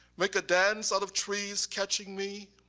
make a dance out of trees catching me.